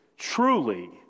Truly